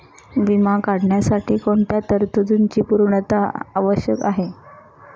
विमा काढण्यासाठी कोणत्या तरतूदींची पूर्णता आवश्यक आहे?